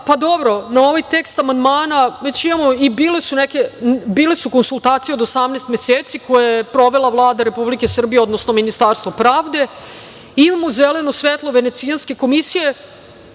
pa dobro na ovaj tekst amandmana već imamo i bile su konsultacije od 18 meseci, koje je provela Vlada Republike Srbije, odnosno Ministarstvo pravde. Imamo zeleno svetlo Venecijanske komisije,